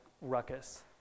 ruckus